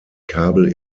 kabel